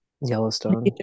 Yellowstone